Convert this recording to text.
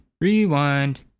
rewind